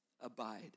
abide